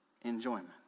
enjoyment